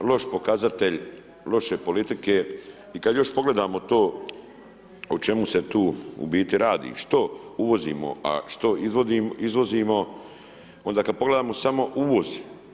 To je jedan loš pokazatelj, loše politike i kada još pogledamo to o čemu se tu u biti radi, što uvozimo, a što izvozimo, onda kada pogledamo samo uvoz.